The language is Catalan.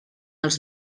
els